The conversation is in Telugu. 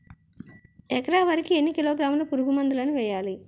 ఎకర వరి కి ఎన్ని కిలోగ్రాముల పురుగు మందులను వేయాలి?